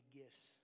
gifts